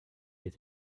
est